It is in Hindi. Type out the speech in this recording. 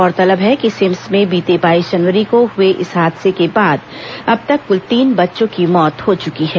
गौरतलब है कि सिम्स में बीते बाईस जनवरी को हुए इस हादसे के बाद अब तक कुल तीन बच्चों की मौत हो चुकी है